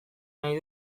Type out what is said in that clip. nahi